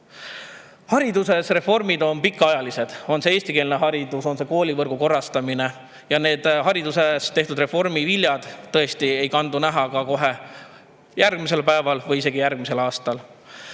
vastu. Hariduses on reformid pikaajalised – on see eestikeelne haridus, on see koolivõrgu korrastamine. Ja hariduses tehtud reformi viljad tõesti ei ole näha kohe järgmisel päeval või isegi järgmisel aastal.